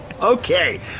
Okay